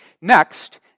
Next